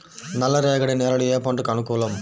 నల్ల రేగడి నేలలు ఏ పంటకు అనుకూలం?